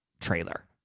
trailer